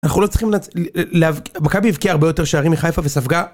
אנחנו לא צריכים להבקיע... מכבי הבקיע הרבה יותר שערים מחיפה וספגה